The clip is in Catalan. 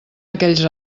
aquells